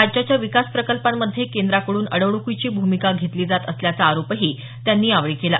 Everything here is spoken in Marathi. राज्याच्या विकास प्रकल्पामध्ये केंद्राकडून अडवणुकीची भुमिका घेतली जात असल्याचा आरोपही त्यांनी यावेळी केला